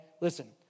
Listen